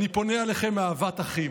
אני פונה אליכם מאהבת אחים.